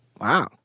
Wow